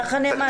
ככה נאמר לנו.